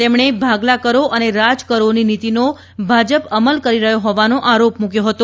તેમણે ભાગલા કરો અને રાજ કરોની નીતિનો ભાજપ અમલ કરી રહ્યો હોવાનો આરોપ મૂક્યો હતો